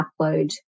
upload